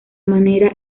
manera